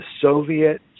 Soviet